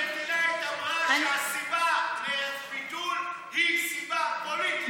העיתונות הארגנטינאית אמרה שהסיבה לביטול היא סיבה פוליטית.